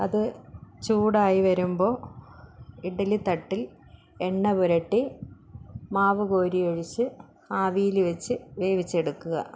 അത് ചൂടായി വരുമ്പോൾ ഇഡലി തട്ടിൽ എണ്ണപുരട്ടി മാവ് കോരിയൊഴിച്ച് ആവിയിൽ വെച്ച് വേവിച്ചെടുക്കുക